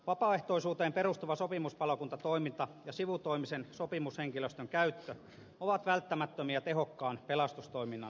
vapaaehtoisuuteen perustuva sopimuspalokuntatoiminta ja sivutoimisen sopimushenkilöstön käyttö ovat välttämättömiä tehokkaan pelastustoiminnan järjestämiseksi